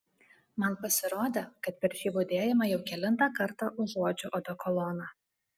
man pasirodė kad per šį budėjimą jau kelintą kartą užuodžiu odekoloną